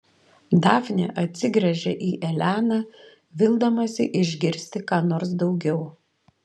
dafnė atsigręžia į eleną vildamasi išgirsti ką nors daugiau